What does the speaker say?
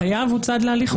החייב הוא צד להליך.